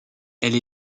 elle